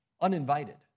uninvited